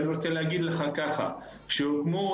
כשהוקמו,